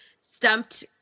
stumped